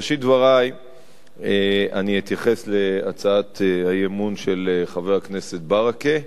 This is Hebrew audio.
בראשית דברי אני אתייחס להצעת האי-אמון של חבר הכנסת ברכה,